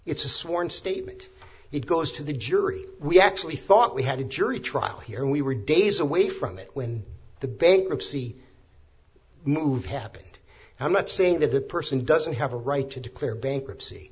it's a sworn statement it goes to the jury we actually thought we had a jury trial here and we were days away from it when the bankruptcy move happened how much saying that a person doesn't have a right to declare bankruptcy